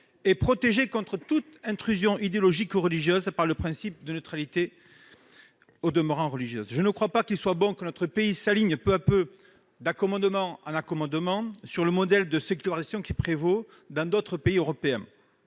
et protégé contre toute intrusion idéologique ou religieuse par le principe de neutralité religieuse. Je ne crois pas qu'il faille que notre pays s'aligne peu à peu, d'accommodement en accommodement, sur le modèle de sécularisation qui prévaut dans d'autres pays européens,